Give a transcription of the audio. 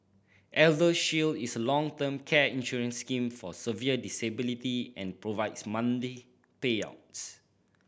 ElderShield is a long term care insurance scheme for severe disability and provides payouts